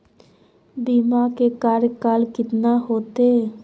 बीमा के कार्यकाल कितना होते?